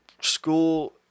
school